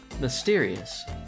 mysterious